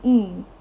mm